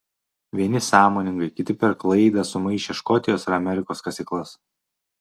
vieni sąmoningai kiti per klaidą sumaišę škotijos ir amerikos kasyklas